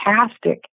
fantastic